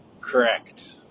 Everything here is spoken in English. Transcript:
correct